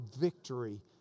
victory